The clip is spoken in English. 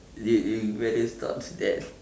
dude you better stop that